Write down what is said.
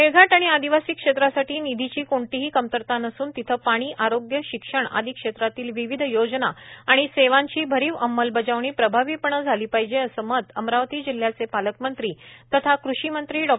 मेळघाट आणि आदिवासी क्षेत्रासाठी निधीची कोणतीही कमतरता नसून तिथ पाणी आरोग्य शिक्षण आदी क्षेत्रांतील विविध योजना आणि सेवांची अरीव अंमलबजावणी प्रभावी झाली पाहिजे असे मत अमरावती जिल्ह्याचे पालकमंत्री तथा कृषी मंत्री डॉ